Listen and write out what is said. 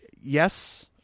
Yes